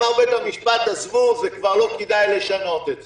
אמר בית המשפט: עזבו, כבר לא כדאי לשנות את זה.